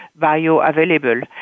bioavailable